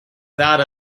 that